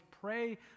pray